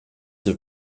have